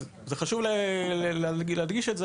חשוב להדגיש את זה,